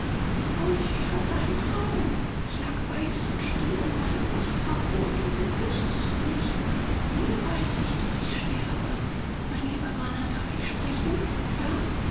ich hatte einen traum ich lag weiß und still und meine brust war rot und du küßtest mich nun weiß ich daß ich sterbe mein lieber bana darf ich sprechen ja